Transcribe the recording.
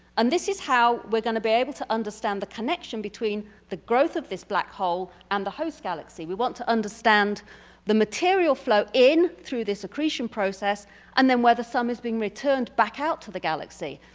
and this is how we're gonna be able to understand the connection between the growth of this black hole and the host galaxy. we want to understand the material flow in, through the secretion process and then whether some is being returned back out to the galaxy.